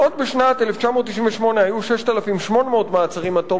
בעוד בשנת 1998 היו 6,800 מעצרים עד תום